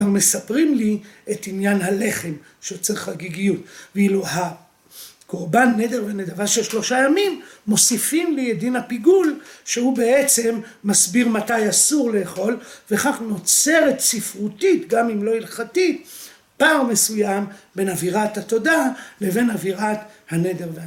מספרים לי את עניין הלחם שיוצר חגיגיות ואילו הקורבן נדב ונדבה של שלושה ימים מוסיפים לי את דין הפיגול, שהוא בעצם מסביר מתי אסור לאכול, וכך נוצרת ספרותית, גם אם לא הלכתית, פער מסוים בין אווירת התודה לבין אווירת הנדב והנדבה